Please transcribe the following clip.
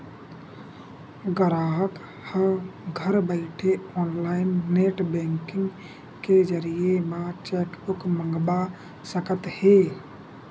गराहक ह घर बइठे ऑनलाईन नेट बेंकिंग के जरिए म चेकबूक मंगवा सकत हे